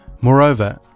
Moreover